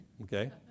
okay